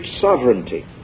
sovereignty